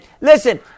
listen